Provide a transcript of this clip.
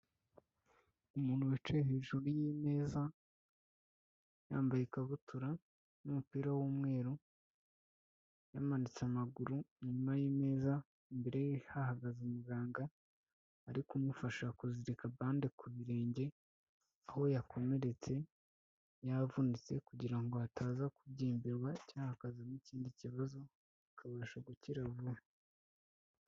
Umuntu wicaye hejuru y'imeza, yambaye ikabutura n'umupira w'umweru, yamanitse amaguru inyuma y'imeza, imbere ye hahagaze umuganga ari kumufasha kuzirika bande ku birenge, aho yakomeretse, yavunitse kugira ngo hataza kubyimbirwa cya hakazamo ikindi kibazo akabasha gukira vuba.